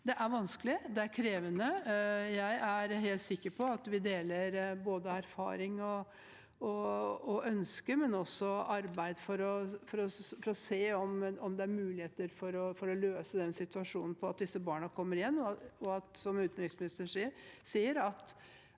Det er vanskelig. Det er krevende. Jeg er helt sikker på at vi deler både erfaringer og ønske om og arbeid for å se om det er muligheter for å løse situasjonen så disse barna kommer hjem.